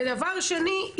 דבר שני,